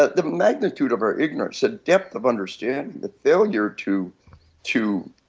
ah the magnitude of our ignorance, the depth of understanding, the failure to to